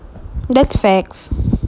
that's facts